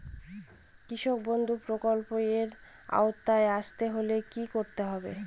কৃষকবন্ধু প্রকল্প এর আওতায় আসতে হলে কি করতে হবে?